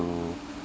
to